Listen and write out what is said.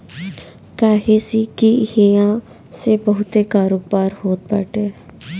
काहे से की इहा से बहुते कारोबार होत बाटे